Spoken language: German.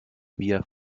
wir